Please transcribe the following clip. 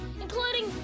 including